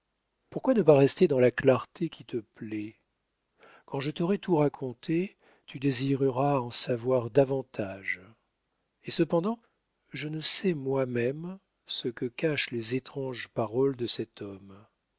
pourquoi ne pas rester dans la clarté qui te plaît quand je t'aurai tout raconté tu désireras en savoir davantage et cependant je ne sais moi-même ce que cachent les étranges paroles de cet homme